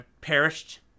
Perished